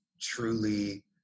truly